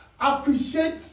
Appreciate